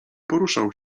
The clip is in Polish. poruszał